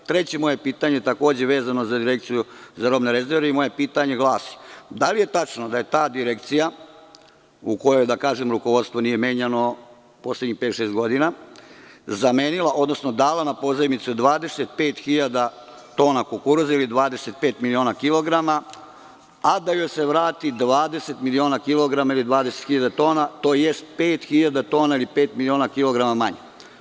Treće moje pitanje je takođe vezano za Direkciju za robne rezerve i ono glasi: da li je tačno da je ta Direkcija, u kojoj rukovodstvo nije menjano poslednjih pet, šest godina, zamenila odnosno dala na pozajmicu 25 hiljada tona kukuruza ili 25 miliona kilograma, a da joj se vrati 20 miliona kilograma ili 20 hiljada tona, tj. pet hiljada tona ili pet miliona kilograma manje?